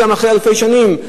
גם אחרי אלפי שנים,